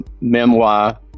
memoir